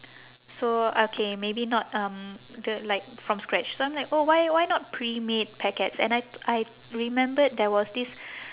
so okay maybe not um the like from scratch so I'm like oh why why not pre-made packets and I I remembered there was this